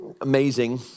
amazing